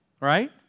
right